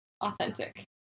authentic